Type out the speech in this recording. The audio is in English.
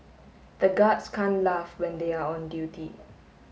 the guards can't laugh when they are on duty